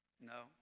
No